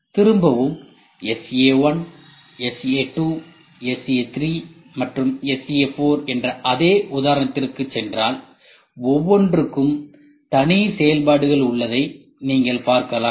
திரும்பவும் SA1 SA2 SA3 மற்றும் SA4 என்ற அதே உதாரணத்திற்கு சென்றால் ஒவ்வொன்றுக்கும் தனி செயல்பாடுகள் உள்ளதை நீங்கள் பார்க்கலாம்